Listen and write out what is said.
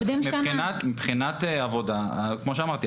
מבחינת עבודה כמו שאמרתי,